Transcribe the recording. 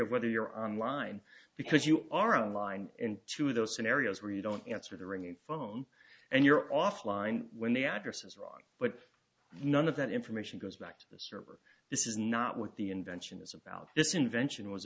of whether you're on line because you are on line and two of those scenarios where you don't answer the ringing phone and you're offline when the address is wrong but none of that information goes back to the server this is not what the invention is about this invention was